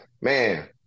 man